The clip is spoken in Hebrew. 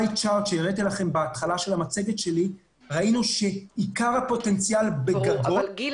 בתחילת המצגת ראינו שעיקר הפוטנציאל בגגות -- גיל,